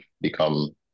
become